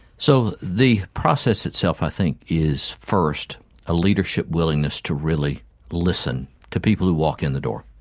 so the process itself i think is first a leadership willingness to really listen to people who walk in the door,